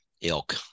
ilk